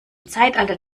zeitalter